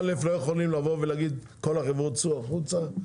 א', לא יכולים לבוא ולהגיד לכל החברות צאו החוצה,